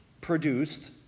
produced